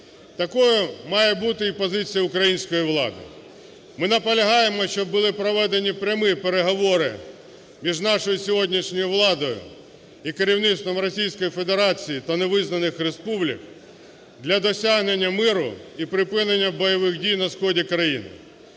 Такою має бути і позиція української влади. Ми наполягаємо, щоб були проведені прямі переговори між нашою сьогоднішньою владою і керівництвом Російської Федерації та невизнаних республік для досягнення миру і припинення бойових дій на сході країни.